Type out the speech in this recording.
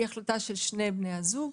היא החלטה של שני בני הזוג,